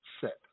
set